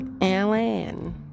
Alan